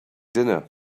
dinner